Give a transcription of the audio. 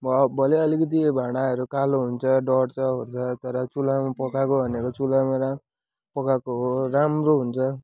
भ भने अलिकति भाँडाहरू कालो हुन्छ डड्छओर्छ तर चुलामा पकाएको भनेको चुलामै रा पकाएको हो राम्रो हुन्छ